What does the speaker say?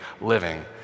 living